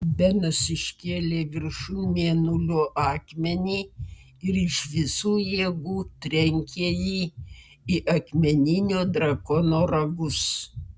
benas iškėlė viršun mėnulio akmenį ir iš visų jėgų trenkė jį į akmeninio drakono ragus